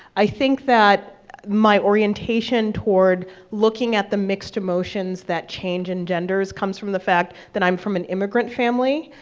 i think that my orientation toward looking at the mixed emotions that change engenders comes from the fact that i'm from an immigrant family,